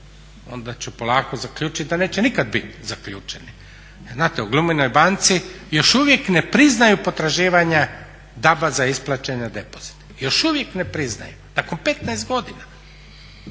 onda ću polako zaključiti da nikad neće bit zaključeni. Jel znate u Gluminoj banci još uvijek ne priznaju potraživanja … za isplaćene depozite, još uvijek ne priznaju nakon 15 godina.